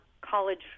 college